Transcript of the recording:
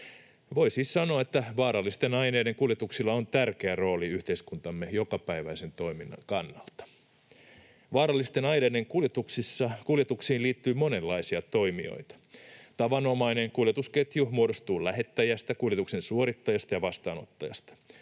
Voi siis sanoa, että vaarallisten aineiden kuljetuksilla on tärkeä rooli yhteiskuntamme jokapäiväisen toiminnan kannalta. Vaarallisten aineiden kuljetuksiin liittyy monenlaisia toimijoita. Tavanomainen kuljetusketju muodostuu lähettäjästä, kuljetuksen suorittajasta ja vastaanottajasta.